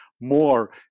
More